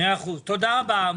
תודה רבה.